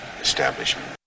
establishment